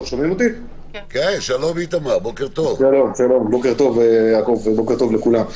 בוקר טוב לכולם.